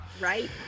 right